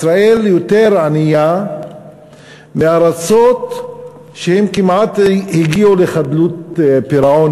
ישראל יותר ענייה מארצות שכמעט הגיעו לחדלות פירעון,